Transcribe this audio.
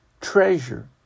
treasure